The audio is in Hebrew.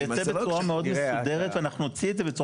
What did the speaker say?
הצוות עובד בצורה מסודרת ואנחנו נוציא את זה,